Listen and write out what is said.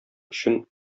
өчен